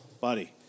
buddy